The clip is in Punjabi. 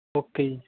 ਓਕੇ ਜੀ